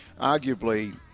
Arguably